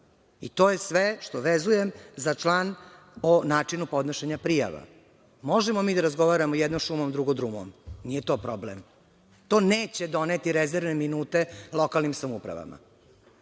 To je sve što vezujem za član o načinu podnošenja prijava. Možemo mi da razgovaramo jedno šumom, drugo drumom, nije to problem, to neće doneti rezervne minute lokalnim samoupravama.